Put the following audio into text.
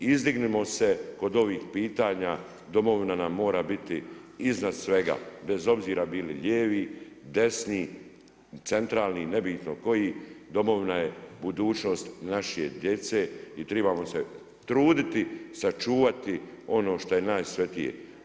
Izdignimo se kod ovih pitanja, domovina nam mora biti iznad svega, bez obzira bili lijevi, desni, centralni, nebitno koji, domovina je budućnost naše djece i trebamo se truditi sačuvati oni što je najsvetije.